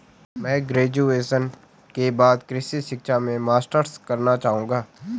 मैं ग्रेजुएशन के बाद कृषि शिक्षा में मास्टर्स करना चाहूंगा